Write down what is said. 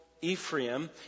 Ephraim